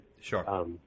Sure